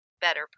better